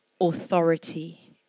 authority